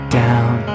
down